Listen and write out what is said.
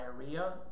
diarrhea